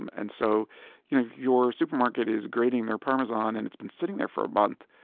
and and so you know your supermarket is grating their parmesan and it's been sitting there for a month,